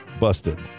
busted